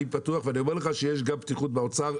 אני פתוח ואני אומר לך שיש גם פתיחות באוצר,